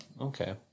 okay